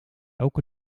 elke